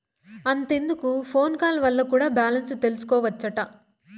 అంతెందుకు phone call వల్ల కూడా బాలెన్స్ తెల్సికోవచ్చట